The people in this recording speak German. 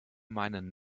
meinen